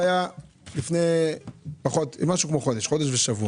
זה היה לפני חמישה שבועות.